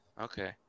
Okay